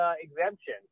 exemption